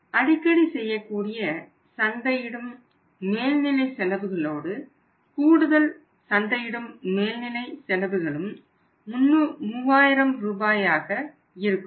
அடிக்கடி செய்யக்கூடிய சந்தையிடும் மேல்நிலை செலவுகளோடு கூடுதல் சந்தையிடும் மேல்நிலை செலவுகளும் 3000 ரூபாயாக இருக்கும்